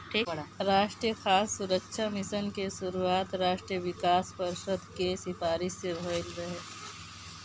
राष्ट्रीय खाद्य सुरक्षा मिशन के शुरुआत राष्ट्रीय विकास परिषद के सिफारिस से भइल रहे